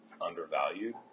undervalued